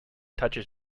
touches